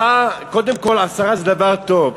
קודם כול, עשרה זה דבר טוב.